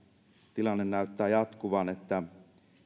tilanne näyttää jatkuvan että